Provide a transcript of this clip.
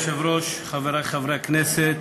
אדוני היושב-ראש, חברי חברי הכנסת,